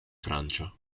francia